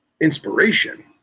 inspiration